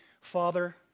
Father